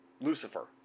Lucifer